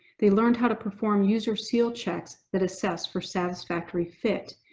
they learned how to perform user seal checks that assess for satisfactory fit,